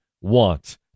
want